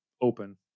open